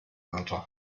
wörter